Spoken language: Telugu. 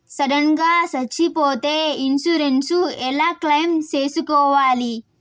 సడన్ గా సచ్చిపోతే ఇన్సూరెన్సు ఎలా క్లెయిమ్ సేసుకోవాలి?